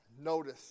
notice